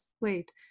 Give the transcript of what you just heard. wait